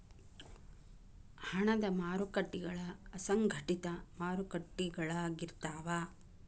ಹಣದ ಮಾರಕಟ್ಟಿಗಳ ಅಸಂಘಟಿತ ಮಾರಕಟ್ಟಿಗಳಾಗಿರ್ತಾವ